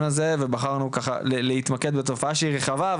הזה ובחרנו ככה להתמקד בתופעה שהיא רחבה,